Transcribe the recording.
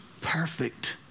perfect